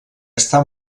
està